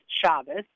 Shabbos